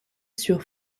sur